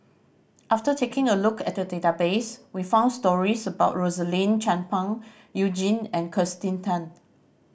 after taking a look at database we found stories about Rosaline Chan Pang You Jin and Kirsten Tan